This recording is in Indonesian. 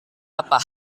apa